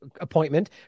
appointment